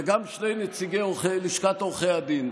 וגם שני נציגים של לשכת עורכי הדין,